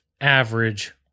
average